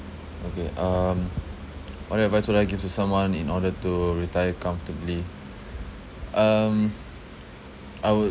okay um what advice would I give to someone in order to retire comfortably um I would